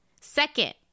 Second